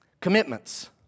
Commitments